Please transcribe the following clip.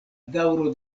daŭro